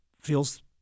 feels